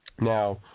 Now